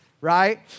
right